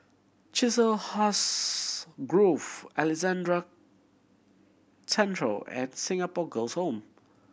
Chiselhurst Grove Alexandra Central and Singapore Girls' Home